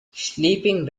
sleeping